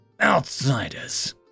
Outsiders